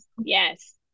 Yes